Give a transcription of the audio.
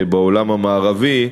בעולם המערבי,